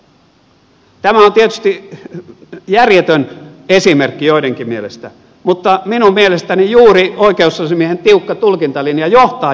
tämä on tietysti järjetön esimerkki joidenkin mielestä mutta minun mielestäni juuri oikeusasiamiehen tiukka tulkintalinja johtaa järjettömyyksiin